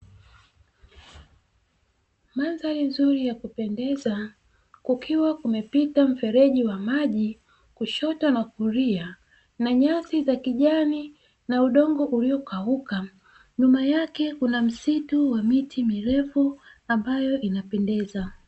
Mandhari nzuri ya kupendeza kukiwa kumepita mfereji wa maji kushoto na kulia na nyasi za kijani na udongo uliokauka, nyuma yake kuna msitu wa miti mirefu ambayo inapendeza.